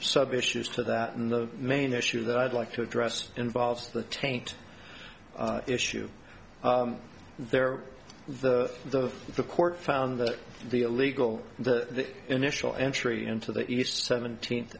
sub issues to that and the main issue that i'd like to address involves the taint issue there the the court found that the illegal the initial entry into the east seventeenth